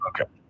Okay